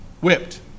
whipped